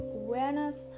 awareness